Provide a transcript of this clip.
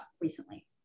recently